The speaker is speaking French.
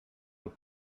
dans